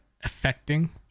affecting